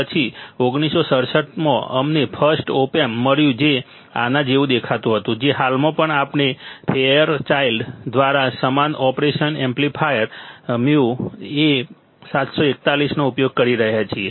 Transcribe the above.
પછી 1967 માં અમને ફર્સ્ટ ઓપ એમ્પ મળ્યું જે આના જેવું દેખાતું હતું જે હાલમાં પણ આપણે ફેયરચાઈલ્ડ દ્વારા સમાન ઓપરેશન એમ્પ્લીફાયર 𝜇 A741 નો ઉપયોગ કરી રહ્યા છીએ